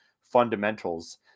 fundamentals